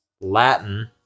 Latin